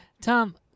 Tom